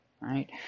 right